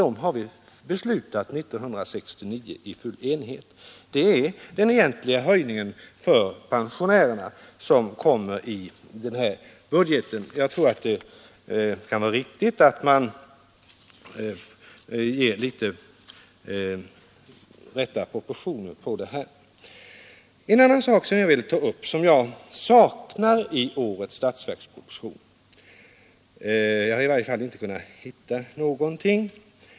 Den har vi beslutat om 1969 i full enighet. De utgör den egentliga höjning för pensionärerna som föreslås i denna budget. Jag tror det kan vara riktigt att man ger de rätta proportionerna åt detta. Jag vill så ta upp en annan sak som jag saknar i årets statsverksproposition. I varje fall har jag inte kunnat hitta någonting.